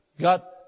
got